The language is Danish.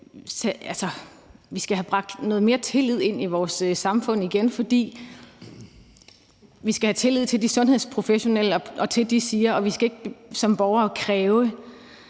vi skal have bragt noget mere tillid ind i vores samfund igen. For vi skal have tillid til de sundhedsprofessionelle og til det, de siger, og vi skal ikke som borgere kræve.